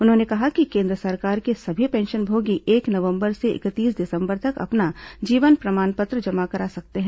उन्होंने कहा कि केन्द्र सरकार के सभी पेंशनभोगी एक नबंवर से इकतीस दिसंबर तक अपना जीवन प्रमाण पत्र जमा करा सकते हैं